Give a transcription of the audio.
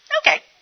Okay